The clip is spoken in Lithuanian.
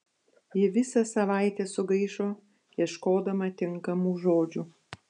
ji visą savaitę sugaišo ieškodama tinkamų žodžių